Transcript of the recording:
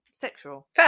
sexual